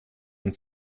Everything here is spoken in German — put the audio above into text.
und